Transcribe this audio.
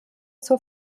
zur